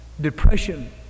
depression